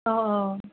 অ অ